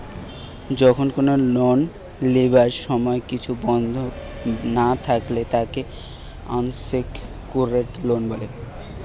যখন কোনো লোন লিবার সময় কিছু বন্ধক না থাকলে তাকে আনসেক্যুরড লোন বলে